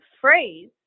phrase